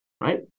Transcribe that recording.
right